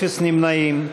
אפס נמנעים.